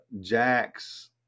Jack's